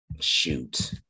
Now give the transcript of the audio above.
shoot